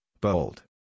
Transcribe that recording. bold